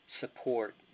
support